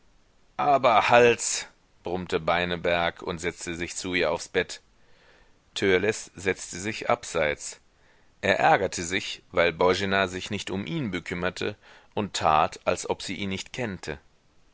aber halt's brummte beineberg und setzte sich zu ihr aufs bett törleß setzte sich abseits er ärgerte sich weil boena sich nicht um ihn bekümmerte und tat als ob sie ihn nicht kennte